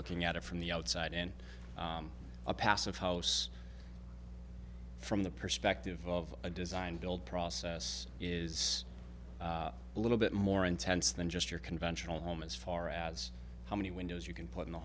looking at it from the outside in a passive house from the perspective of a design build process is a little bit more intense than just your conventional home as far as how many windows you can put in the